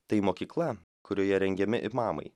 tai mokykla kurioje rengiami ir imamai